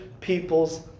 people's